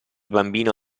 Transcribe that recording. bambino